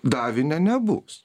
davinia nebus